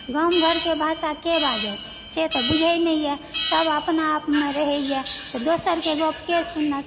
गाम घरके भाषा के बाजत से तऽ बुझय नहिए सभ अपनाआपमे रहय दोसरके गप्प के सुनत